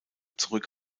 zurück